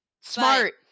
smart